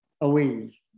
away